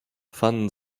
fanden